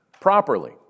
properly